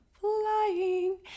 flying